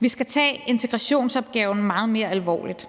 Vi skal tage integrationsopgaven meget mere alvorligt.